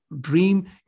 dream